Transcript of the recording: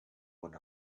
one